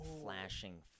flashing